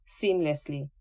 seamlessly